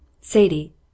Sadie—